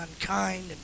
unkind